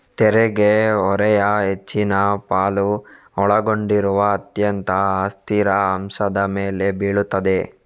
ತೆರಿಗೆ ಹೊರೆಯ ಹೆಚ್ಚಿನ ಪಾಲು ಒಳಗೊಂಡಿರುವ ಅತ್ಯಂತ ಅಸ್ಥಿರ ಅಂಶದ ಮೇಲೆ ಬೀಳುತ್ತದೆ